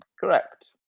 Correct